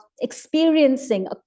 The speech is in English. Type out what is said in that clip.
experiencing